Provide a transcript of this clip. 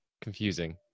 confusing